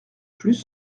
plus